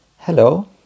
Hello